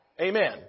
Amen